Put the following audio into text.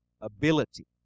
ability